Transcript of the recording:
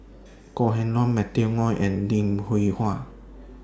Kok Heng Leun Matthew Ngui and Lim Hwee Hua